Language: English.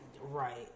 right